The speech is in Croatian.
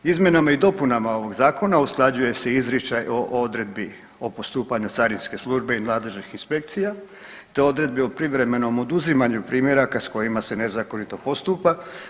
Izmjenama i dopunama ovog zakona usklađuje se izričaj o odredbi o postupanju carinske službe i nadležnih inspekcija, te odredbi o privremenom oduzimanju primjeraka sa kojima se nezakonito postupa.